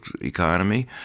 economy